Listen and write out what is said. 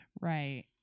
Right